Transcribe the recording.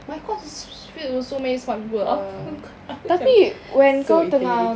my course is so filled with so many smart people aku macam so intimidated